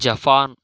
Japan